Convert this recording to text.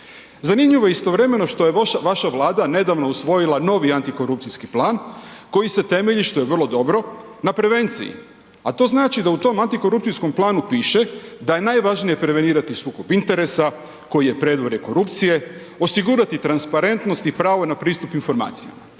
Zanimljivo, istovremeno, što je vaša Vlada nedavno usvojila novi antikorupcijski plan, koji se temelji, što je vrlo dobro na prevenciji. A to znači da u tom antikorupcijskom planu piše, da je najvažnije prevenirati sukob interesa koji je predvorje korupcije, osigurati transparentnost i pravo na pristup informacija.